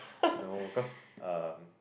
no cause um